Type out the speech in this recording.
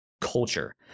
culture